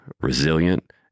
resilient